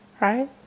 Right